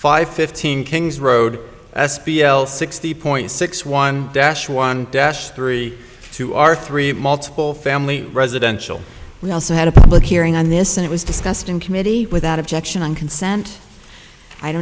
five fifteen king's road s p l sixty point six one dash one dash three two are three and multiple family residential we also had a public hearing on this and it was discussed in committee without objection consent i don't